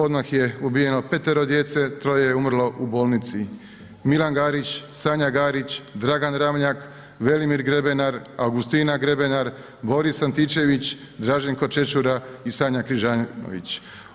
Odmah je ubijeno 5-ero djece, 3 je umrlo u bolnici, Milan Garić, Sanja Garić, Dragan Ramljak, Velimir Grebenar, Augustina Grebenar, Boris Antičević, Draženko Čečura i Sanja Križanović.